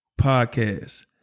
podcast